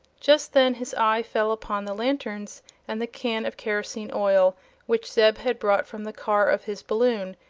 just then his eye fell upon the lanterns and the can of kerosene oil which zeb had brought from the car of his balloon,